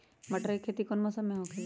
मटर के खेती कौन मौसम में होखेला?